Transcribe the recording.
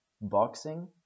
Boxing